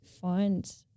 find